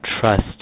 trust